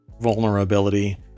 vulnerability